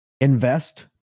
invest